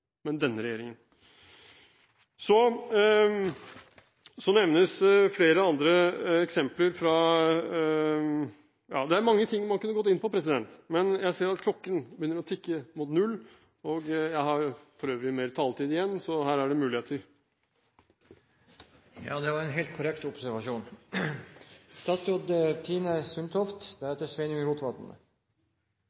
men denne regjeringen. Det er mange ting man kunne gått inn på, men jeg ser at klokken begynner å tikke mot null. Jeg har for øvrig mer taletid igjen, så her er det muligheter. Ja, det er en helt korrekt observasjon.